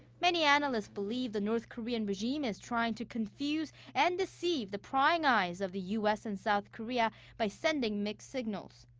many analysts believe the north korean regime is trying to confuse and deceive the prying eyes of the u s. and south korea by sending mixed signals.